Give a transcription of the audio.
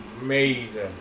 amazing